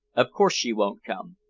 of course she won't come.